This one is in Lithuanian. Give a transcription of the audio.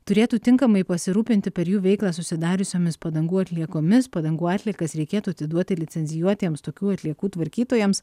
turėtų tinkamai pasirūpinti per jų veiklą susidariusiomis padangų atliekomis padangų atliekas reikėtų atiduoti licencijuotiems tokių atliekų tvarkytojams